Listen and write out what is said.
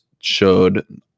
showed –